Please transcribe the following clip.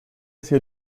hacia